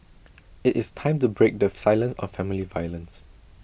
IT is time to break the silence on family violence